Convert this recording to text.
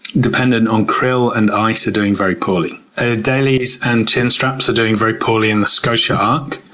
dependent on krill and ice, are doing very poorly. ah adelies and chinstraps are doing very poorly in the scotia arc.